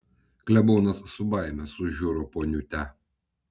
klebonas su baime sužiuro poniutę